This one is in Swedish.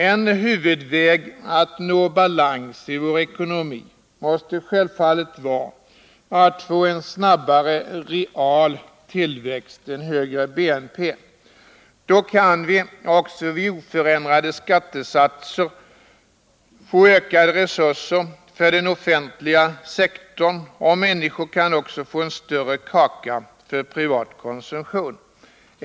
En huvudväg att nå balans i vår ekonomi måste självfallet vara att åstadkomma en snabbare real tillväxt, en högre BNP. Då kan vi också vid oförändrade skattesatser få ökade resurser för den offentliga sektorn, och människorna kan få en större kaka för den privata konsumtionen.